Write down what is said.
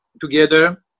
together